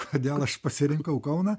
kodėl aš pasirinkau kauną